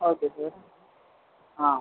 okay sir ah